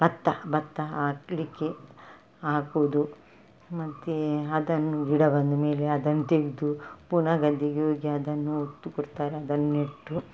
ಭತ್ತ ಭತ್ತ ಹಾಕಲಿಕ್ಕೆ ಹಾಕೋದು ಮತ್ತೆ ಅದನ್ನು ಗಿಡ ಬಂದ ಮೇಲೆ ಅದನ್ನು ಗೆದು ಪುನಃ ಗದ್ದೆಗೆ ಹೋಗಿ ಅದನ್ನು ಉತ್ತು ಕೊಡ್ತಾರೆ ಅದನ್ನು ನೆಟ್ಟು